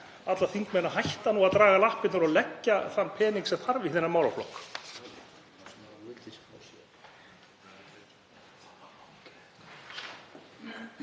alla þingmenn að hætta að draga lappirnar og leggja þann peninga sem þarf í þennan málaflokk.